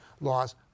laws